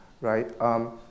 right